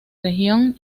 región